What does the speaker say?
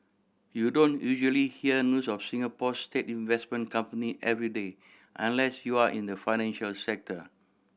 you don't usually hear news of Singapore's state investment company every day unless you're in the financial sector